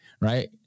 right